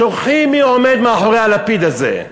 שוכחים מי עומד מאחורי הלפיד הזה.